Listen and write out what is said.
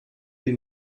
die